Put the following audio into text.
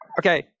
Okay